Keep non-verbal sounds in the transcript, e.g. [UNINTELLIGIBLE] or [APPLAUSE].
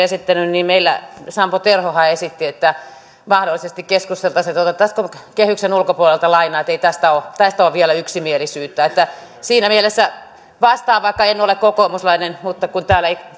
[UNINTELLIGIBLE] esittänyt meillä sampo terhohan esitti että mahdollisesti keskusteltaisiin että otettaisiin kehyksen ulkopuolelta lainaa tästä ei ole vielä yksimielisyyttä siinä mielessä vastaan vaikka en ole kokoomuslainen että täällä ei